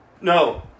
no